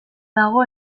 dago